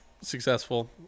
successful